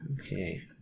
Okay